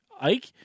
Ike